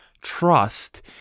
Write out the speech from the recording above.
trust